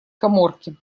каморки